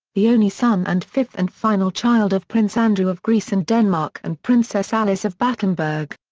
the only son and fifth and final child of prince andrew of greece and denmark and princess alice of battenberg.